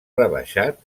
rebaixat